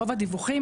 רוב הדיווחים,